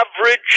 average